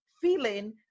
feeling